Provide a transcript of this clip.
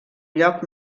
lloc